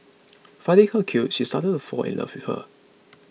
finding her cute she started to fall in love with her